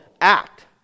act